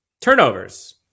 Turnovers